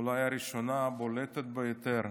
אולי הראשונה, הבולטת ביותר,